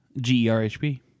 G-E-R-H-P